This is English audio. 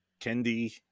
Kendi